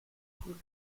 poule